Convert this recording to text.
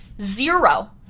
zero